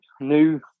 new